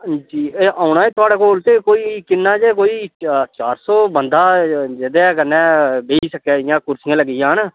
हां जी एह् औना ऐ थुआड़े कोल ते कोई किन्ना क कोई चार चार सौ बन दा जेह्दे कन्नै बेही सकै इयां कुर्सियां लग्गी जान